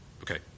Okay